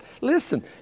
Listen